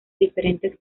diferentes